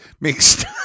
mixed